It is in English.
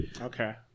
okay